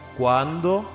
Quando